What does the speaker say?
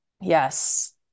Yes